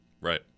Right